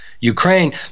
Ukraine